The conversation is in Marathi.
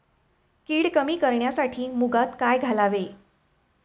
कीड कमी करण्यासाठी मुगात काय घालावे?